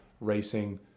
racing